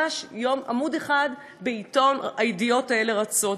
ממש עמוד אחד בעיתון והידיעות האלה רצות.